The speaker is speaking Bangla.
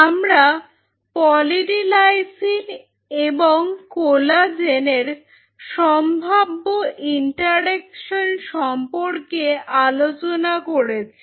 আমরা পলি ডি লাইসিন এবং কোলাজেনের সম্ভাব্য ইন্টারেকশন সম্পর্কে আলোচনা করেছি